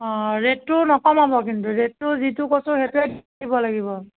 অঁ ৰেটটো নকমাব কিন্তু ৰেটটো যিটো কৈছোঁ সেইটোৱে দিব লাগিব